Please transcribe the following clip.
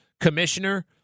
commissioner